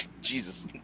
Jesus